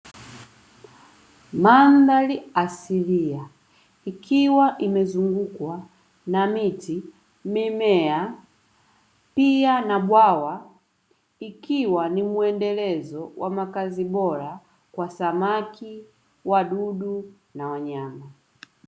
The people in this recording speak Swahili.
Mandhari asilia ikiwa imezungukwa na miti, mimea pia na bwawa; ikiwa ni muendelezo wa makazi bora kwa samaki, wadudu na wanyama.